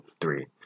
three